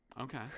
Okay